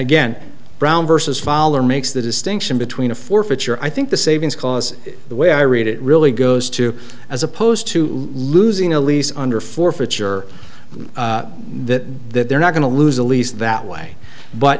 again brown versus fall or makes the distinction between a forfeiture i think the savings cause the way i read it really goes to as opposed to losing a lease under forfeiture that they're not going to lose the lease that way but